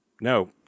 No